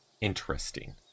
interesting